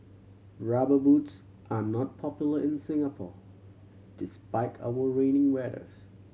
Rubber Boots are not popular in Singapore despite our rainy weather